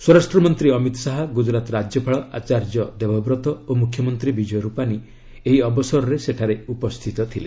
ସ୍ୱରାଷ୍ଟ୍ର ମନ୍ତ୍ରୀ ଅମିତ୍ ଶାହା ଗୁଜରାତ୍ ରାଜ୍ୟପାଳ ଆଚାର୍ଯ୍ୟ ଦେବବ୍ରତ ଓ ମୁଖ୍ୟମନ୍ତ୍ରୀ ବିଜୟ ରୂପାନି ଏହି ଅବସରରେ ସେଠାରେ ଉପସ୍ଥିତ ଥିଲେ